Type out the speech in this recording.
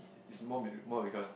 it's more meani~ more because